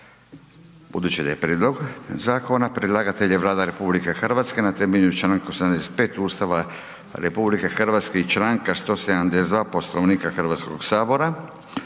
budući da je prijedlog zakona. Predlagatelj je Vlada RH na temelju Članka 85. Ustava RH i Članka 172. Poslovnika Hrvatskog sabora.